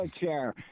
chair